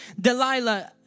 delilah